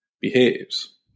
behaves